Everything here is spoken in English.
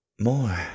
More